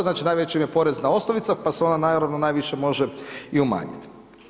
Znači, najveća im je porezna osnovica, pa se ona naravno najviše može i umanjiti.